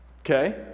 Okay